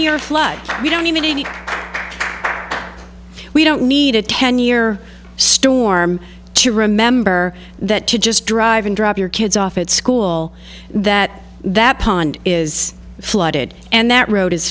year flood we don't even need we don't need a ten year storm to remember that to just drive and drop your kids off at school that that pond is flooded and that road is